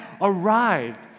arrived